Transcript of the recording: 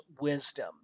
wisdom